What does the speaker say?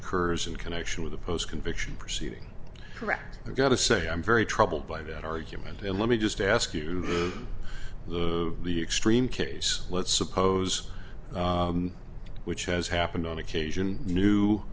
occurs in connection with the post fiction proceeding correct i've got to say i'm very troubled by that argument and let me just ask you the the extreme case let's suppose which has happened on occasion new